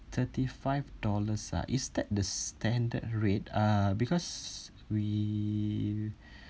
thirty-five dollars ah is that the standard rate uh because we